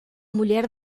mulher